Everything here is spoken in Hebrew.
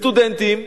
ולסטודנטים,